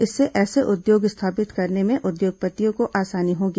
इससे ऐसे उद्योग स्थापित करने में उद्योगपतियों को आसानी होगी